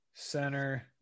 Center